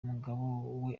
umugabo